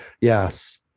Yes